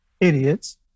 idiots